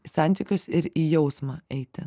santykius ir į jausmą eiti